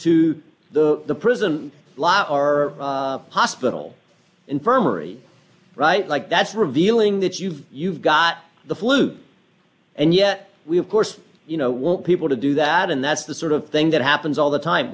to the prison law or hospital infirmary right like that's revealing that you've you've got the flu and yet we have course you know want people to do that and that's the sort of thing that happens all the time